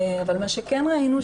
אבל מה שכן ראינו,